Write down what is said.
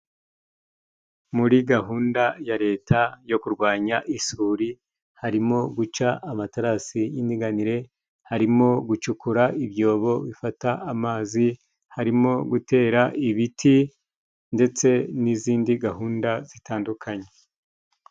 Muri gahunda ya Leta yo kurwanya isuri, harimo guca amaterasi y'indinganire, harimo gucukura ibyobo bifata amazi, harimo gutera ibiti ndetse n'izindi gahunda zitandukanye.